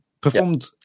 performed